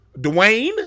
Dwayne